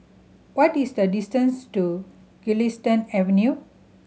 what is the distance to Galistan Avenue